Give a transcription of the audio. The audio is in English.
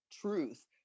truth